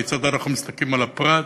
כיצד אנחנו מסתכלים על הפרט,